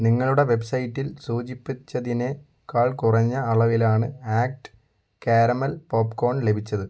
നിങ്ങളുടെ വെബ്സൈറ്റിൽ സൂചിപ്പിച്ചതിനേക്കാൾ കുറഞ്ഞ അളവിലാണ് ആക്ട് കാരമൽ പോപ്കോൺ ലഭിച്ചത്